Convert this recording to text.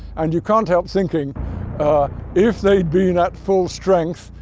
and you can't help thinking if they'd been at full strength,